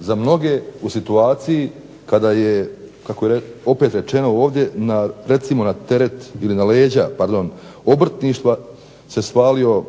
za mnoge u situaciji kada je kako je opet rečeno ovdje na recimo na teret ili na leđa, pardon, obrtništva se svalio